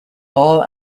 all